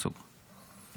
מילא,